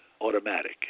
automatic